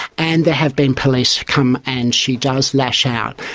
and there have been police come and she does lash out.